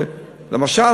למשל,